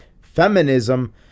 feminism